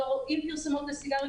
לא רואים פרסומות לסיגריות.